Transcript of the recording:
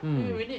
hmm